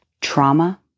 trauma